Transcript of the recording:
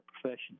profession